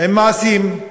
עם מעשים?